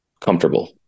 comfortable